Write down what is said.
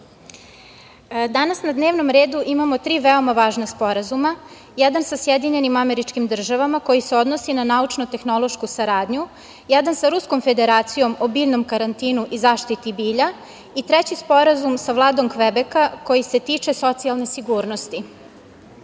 na dnevnom redu imamo tri veoma važna sporazuma. Jedan sa SAD, koji se odnosi na naučno-tehnološku saradnju, jedan sa Ruskom Federacijom o biljnom karantinu i zaštiti bilja i treći Sporazum sa Vladom Kvebeka koji se tiče socijalne sigurnosti. Sve